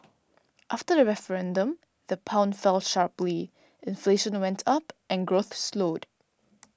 after the referendum the pound fell sharply inflation went up and growth slowed